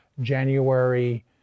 January